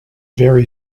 very